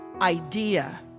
idea